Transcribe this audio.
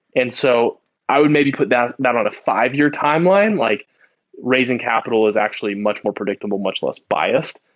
and so i would maybe put that that on a five year timeline, like raising capital is actually much more predictable, much less biases.